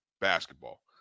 basketball